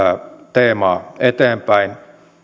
teemaa eteenpäin